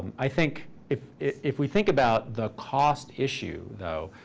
i think if if we think about the cost issue, though,